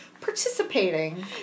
participating